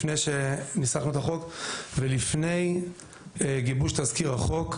לפני שניסחנו את החוק ולפני גיבוש תזכיר החוק,